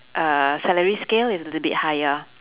uh salary scale is a little bit higher